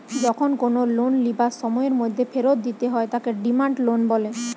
যখন কোনো লোন লিবার সময়ের মধ্যে ফেরত দিতে হয় তাকে ডিমান্ড লোন বলে